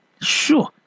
Sure